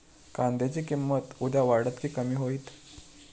कांद्याची किंमत उद्या वाढात की कमी होईत?